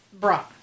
Bra